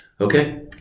Okay